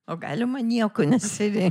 o galima nieko nesirin